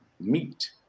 meet